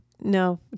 No